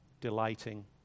delighting